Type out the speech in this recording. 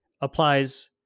applies